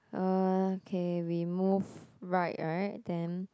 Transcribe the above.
okay we move right right then